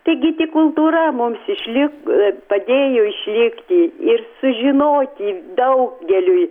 taigi tik kultūra mums išlik padėjo išlikti ir sužinoti daugeliui